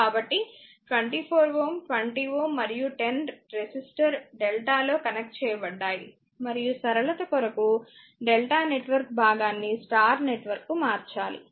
కాబట్టి 24 Ω 20 Ω మరియు 10 resistor delta లో కనెక్ట్ చేయబడ్డాయి మరియు సరళత కొరకు డెల్టా నెట్వర్క్ భాగాన్ని స్టార్ నెట్వర్క్ కు మార్చాలి